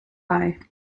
eye